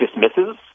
dismisses